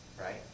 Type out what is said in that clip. Right